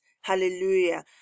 Hallelujah